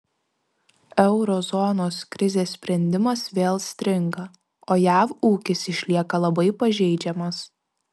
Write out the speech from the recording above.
euro zonos krizės sprendimas vėl stringa o jav ūkis išlieka labai pažeidžiamas